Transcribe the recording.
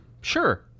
Sure